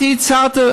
את הצעת,